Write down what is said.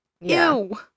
ew